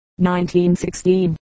1916